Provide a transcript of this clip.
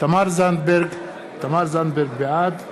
תמר זנדברג, בעד